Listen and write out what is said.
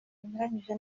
bunyuranyije